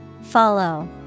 Follow